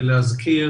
ולהזכיר